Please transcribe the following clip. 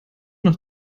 noch